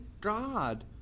God